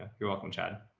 you're welcome, chad.